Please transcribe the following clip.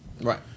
right